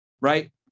right